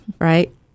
right